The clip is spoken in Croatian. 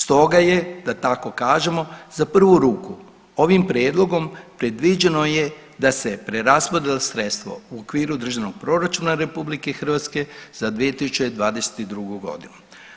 Stoga je da tako kažemo za prvu ruku ovim prijedlogom predviđeno je da se preraspodjele sredstva u okviru Državnog proračuna RH za 2022. godinu.